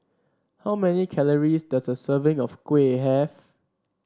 how many calories does a serving of kuih have